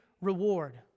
reward